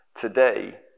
Today